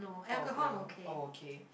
or beer all okay